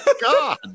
God